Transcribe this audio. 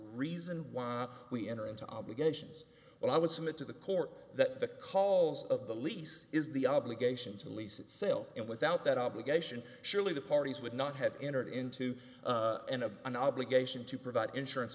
reason why we enter into obligations but i would submit to the court that the cause of the lease is the obligation to lease itself and without that obligation surely the parties would not have entered into an obligation to provide insurance